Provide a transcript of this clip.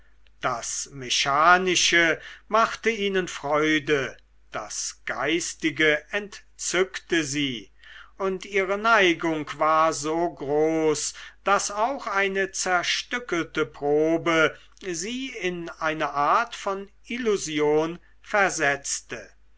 das mechanische machte ihnen freude das geistige entzückte sie und ihre neigung war so groß daß auch eine zerstückelte probe sie in eine art von illusion versetzte